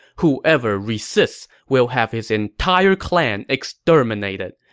whoever resists will have his entire clan exterminated!